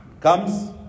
comes